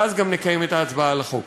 ואז גם נקיים את ההצבעה על החוק.